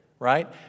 Right